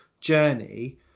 journey